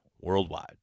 worldwide